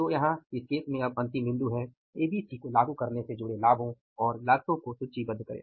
और यहाँ इस केस में अंतिम बिंदु है एबीसी को लागू करने से जुड़े लाभों और लागतों को सूचीबद्ध करें